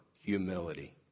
Humility